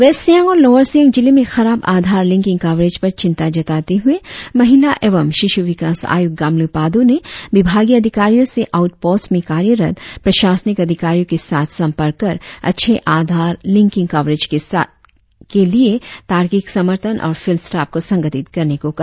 waste Siang और lower Siang जिले में खराब आधार लिंकिंग कवरेज पर चिंता जताते हुए महिला एवं शिश् विकास आयुक्त गामली पाद्र ने विभागीय अधिकारियों से आऊट पोस्ट में कार्यरत प्रशासनिक अधिकारियों के साथ संपर्क कर अच्छे आधार लिंकिंग कवरेज के लिए तार्किक समर्थन और फिल्ड स्टाफ को संगठित करने को कहा